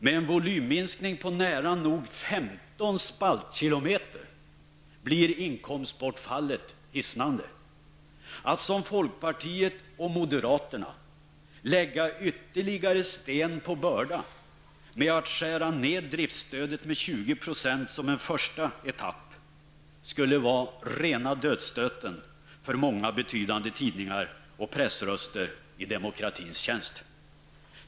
Med en volymminskning på nära nog 15 spaltkilometer blir inkomstbortfallet hisnande. Att som folkpartiet och moderaterna lägga ytterliggare sten på börda genom att skära ned driftsstödet med 20 % som en första etapp, skulle vara rena dödsstöten för många betydande tidningar och pressröster i demokratins tjänst.